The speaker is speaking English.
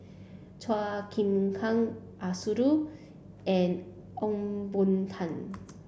Chua Chim Kang Arasu and Ong Boon Tat